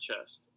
chest